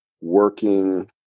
working